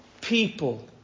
people